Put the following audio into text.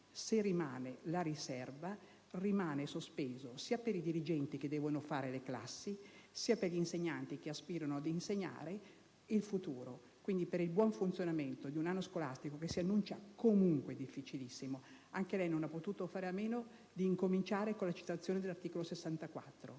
Se rimane la riserva, rimane sospeso, sia per i dirigenti che devono fare le classi, sia per gli insegnanti che aspirano ad insegnare, il futuro. È una possibilità da non perdere per l'avvio di un anno scolastico che si annuncia comunque difficilissimo. Anche lei non ha potuto fare a meno di incominciare il suo intervento con la citazione dell'articolo 64